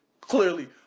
clearly